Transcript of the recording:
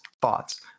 thoughts